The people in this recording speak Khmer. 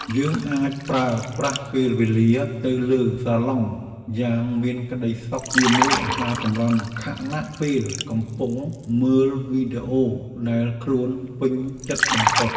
យើងអាចប្រើប្រាស់ពេលវេលានៅលើសាឡុងយ៉ាងមានក្ដីសុខជាមួយអាហារសម្រន់ខណៈពេលកំពុងមើលវីដេអូដែលខ្លួនពេញចិត្តបំផុត។